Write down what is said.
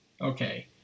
Okay